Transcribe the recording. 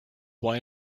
why